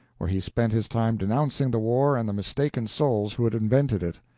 where he spent his time denouncing the war and the mistaken souls who had invented it.